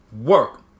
work